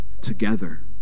Together